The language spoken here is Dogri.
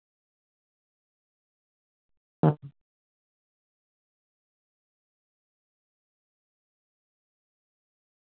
आं